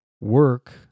work